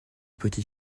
petit